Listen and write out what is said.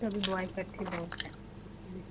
तो अभी boy cut ही बहुत है उसके लिए